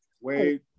wait